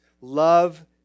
Love